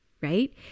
right